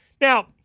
Now